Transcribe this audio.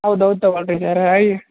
ಹೌದು ಹೌದು ತೊಗೊಳ್ರೀ ಸರ್ ಐ